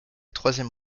troisième